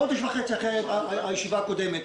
חודש וחצי אחרי הישיבה הקודמת,